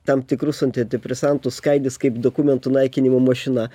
tam tikrus antidepresantus skaidys kaip dokumentų naikinimo mašina